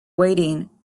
waiting